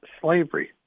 slavery